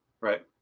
right